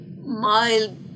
mild